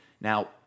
now